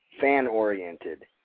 fan-oriented